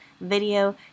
video